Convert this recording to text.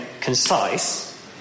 concise